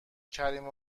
کریم